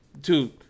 Dude